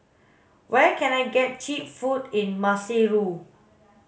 where can I get cheap food in Maseru